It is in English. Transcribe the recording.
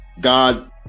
God